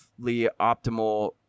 optimal